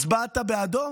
הצבעת בעדו?